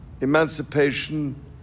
Emancipation